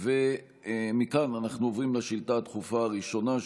ומכאן אנחנו עוברים לשאילתה הדחופה הראשונה,